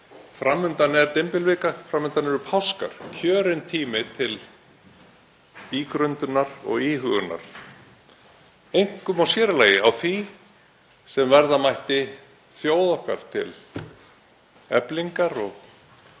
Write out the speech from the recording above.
Fram undan er dymbilvika. Fram undan eru páskar og kjörinn tími til ígrundunar og íhugunar, einkum og sér í lagi á því sem verða mætti þjóð okkar til eflingar og